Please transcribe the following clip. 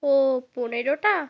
ও পনেরোটা